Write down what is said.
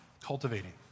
cultivating